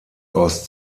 aus